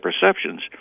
perceptions